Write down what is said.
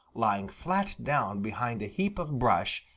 lying flat down behind a heap of brush,